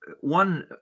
one